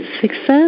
Success